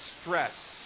stress